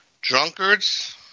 drunkards